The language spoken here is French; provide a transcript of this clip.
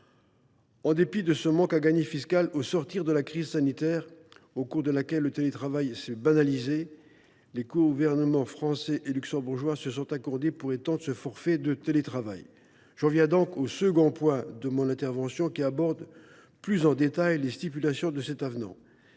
En dépit de ce manque à gagner fiscal, au sortir de la crise sanitaire, au cours de laquelle le télétravail s’est banalisé, les gouvernements français et luxembourgeois se sont accordés pour étendre le forfait de télétravail. J’en viens donc au second point de mon intervention, qui aborde plus en détail les stipulations de cet avenant.